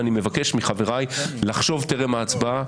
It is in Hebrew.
ואני מבקש מחבריי לחשוב טרם ההצבעה,